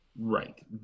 Right